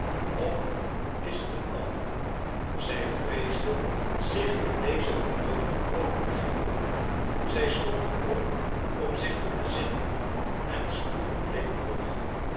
of is het een ander zij vreesde zich aan deze verdooving over te geven zij stond op om zich te bezinnen en sloeg den plaid terug